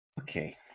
Okay